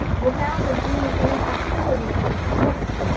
without there being any hostility meant